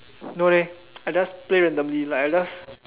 no leh I just play randomly like I just